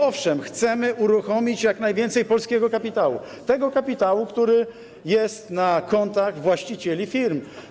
Owszem, chcemy uruchomić jak najwięcej polskiego kapitału, tego kapitału, który jest na kontach właścicieli firm.